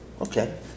Okay